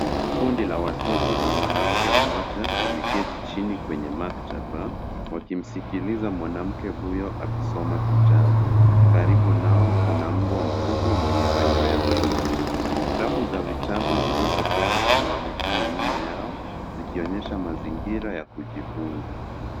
Kundi la watoto na mwanamke mmoja wameketi chini kwenye maktaba wakimsikiiza mwanamke huyo akisoma kitabu. Karibu nao kuna umbwa mkubwa mwenye manyoya mweupe. Rafu za vitabu zilizojaa zimeonekana nyuma yao zikionyesha mazingira ya kujifunza.